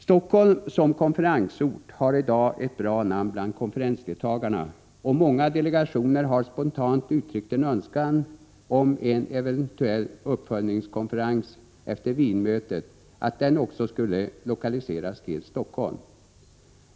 Helsingfors som konferensort har i dag ett bra namn bland konferensdeltagarna, och många delegationer har spontant uttryckt en önskan om att en eventuell uppföljningskonferens efter Wienmötet också skulle lokaliseras till Helsingfors.